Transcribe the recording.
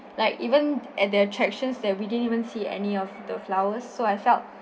like even at the attractions there we didn't even see any of the flowers so I felt